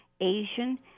Asian